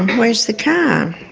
where's the car?